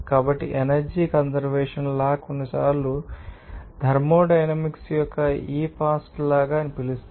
కాబట్టి energy conservation law కొన్నిసార్లు thermodynamics యొక్క ఈ పాస్ట్ లా అని పిలుస్తారు